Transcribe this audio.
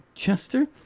chester